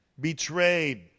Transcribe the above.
betrayed